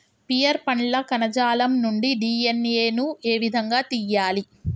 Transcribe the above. Pear పండ్ల కణజాలం నుండి డి.ఎన్.ఎ ను ఏ విధంగా తియ్యాలి?